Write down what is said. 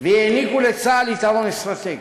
והעניקו לצה"ל יתרון אסטרטגי,